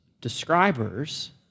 describers